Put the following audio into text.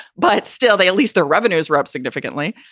but still they at least their revenues were up significantly.